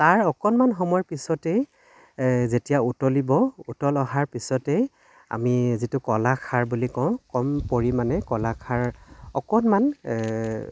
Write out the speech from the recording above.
তাৰ অকণমান সময়ৰ পিছতেই যেতিয়া উতলিব উতল অহাৰ পিছতেই আমি যিটো কলাখাৰ বুলি কওঁ কম পৰিমাণে কলাখাৰ অকণমান